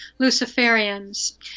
Luciferians